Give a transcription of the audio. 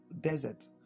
desert